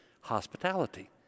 hospitality